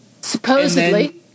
Supposedly